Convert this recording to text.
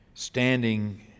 Standing